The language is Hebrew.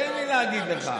תן לי להגיד לך.